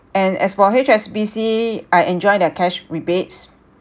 and as for H_S_B_C I enjoy their cash rebates